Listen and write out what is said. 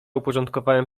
uporządkowałem